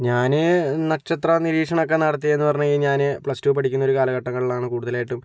ഞാൻ നക്ഷത്ര നിരീക്ഷണമൊക്കെ നടത്തിയെന്നു പറഞ്ഞ് കഴിഞ്ഞാൽ ഞാൻ പ്ലസ് ടു പഠിക്കുന്ന ഒരു കാലഘട്ടങ്ങളിലാണ് കൂടുതലായിട്ടും